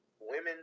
women